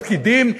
הפקידים,